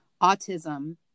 autism